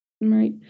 Right